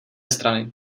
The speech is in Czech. strany